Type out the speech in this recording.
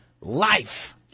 life